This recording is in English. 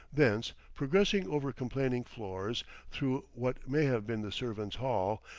thence progressing over complaining floors through what may have been the servants' hall,